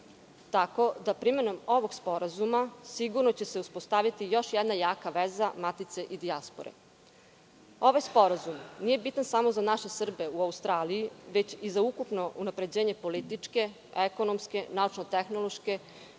tako da primenom ovog sporazuma sigurno će se uspostaviti još jedna jaka veza matice i dijaspore. Ovaj sporazum nije bitan samo za naše Srbe u Australiji, već i za ukupno unapređenje političke, ekonomske, naučno-tehnološke,